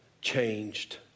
changed